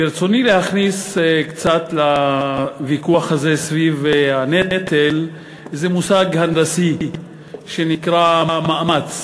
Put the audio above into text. ברצוני להכניס לוויכוח הזה סביב הנטל איזה מושג הנדסי שנקרא: מאמץ,